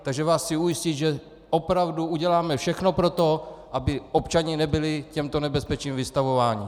Takže vás chci ujistit, že opravdu uděláme všechno pro to, aby občané nebyli těmto nebezpečím vystavováni.